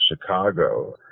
Chicago